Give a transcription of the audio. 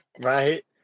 right